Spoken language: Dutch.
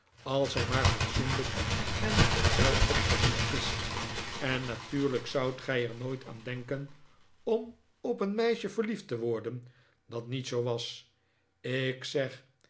als zij maar fatsoenlijk en welopgevoed is en natuurlijk zoudt gij er nooit aan denken om op een meisje verliefd te worden dat niet zoo was ik zeg